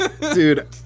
Dude